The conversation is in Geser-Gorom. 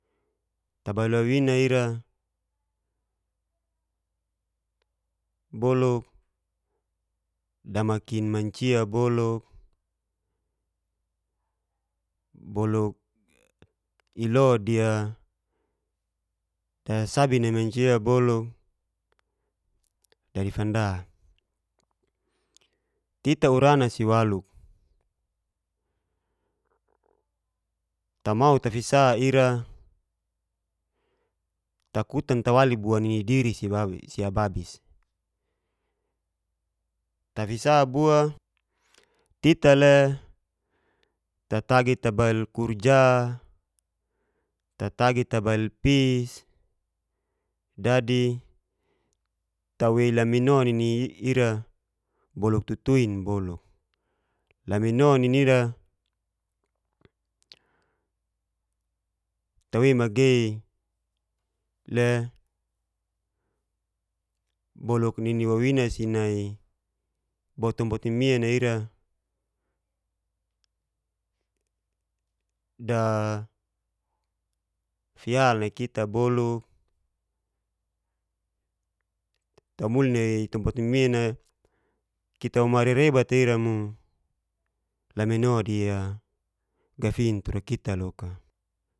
Tabail wawina ira boluk damakin mancia boluk, boluk ilodi disabi nai mancia bolu dadi fanda tita urana si walok tamau tafira ira takutan tawali bua nini diri siababis. Tafisa bua tita'le tatagi tabail kurja, tatagi tabail pis dadi tawei lamino nini ira boluk tutuin boluk, lamino nini ira tawei magei le boluk nini wawina si bo tompt mimin'a ira dasial nai kita boluk tabuli nai tompat mimian'a kita womari rebat'a ira mo laminodi'a gafin tura kita loka.